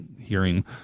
hearing